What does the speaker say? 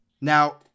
Now